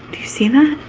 do you see that,